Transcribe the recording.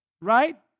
right